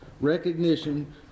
recognition